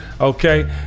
okay